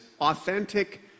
authentic